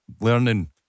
Learning